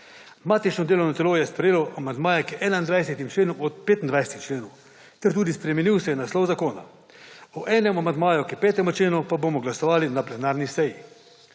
Matično delovno telo je sprejelo amandmaje k 21 členom od 25 členov ter spremenil se je naslov zakona. O enem amandmaju k 5. členu pa bomo glasovali na plenarni seji.